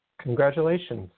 Congratulations